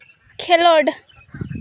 ᱠᱷᱮᱞᱳᱰ